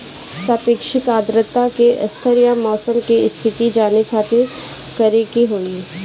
सापेक्षिक आद्रता के स्तर या मौसम के स्थिति जाने खातिर करे के होई?